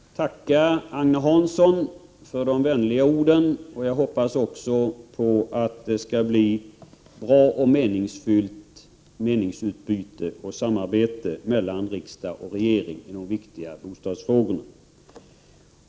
Herr talman! Jag vill tacka Agne Hansson för de vänliga orden. Jag hoppas också att det skall bli ett bra meningsutbyte och ett meningsfullt samarbete mellan riksdagen och regeringen i de viktiga bostadsfrågorna.